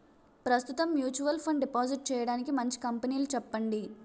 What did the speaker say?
ప్రస్తుతం mutual fund deposit చేయడానికి మంచి కంపెనీలు చెప్పండి